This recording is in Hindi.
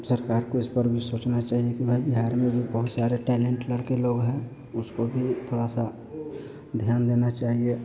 सरकार को इस पर भी सोचना चाहिए कि भाई बिहार में भी बहुत सारे टैलेन्ट लड़के लोग हैं उनको भी थोड़ा सा ध्यान देना चाहिए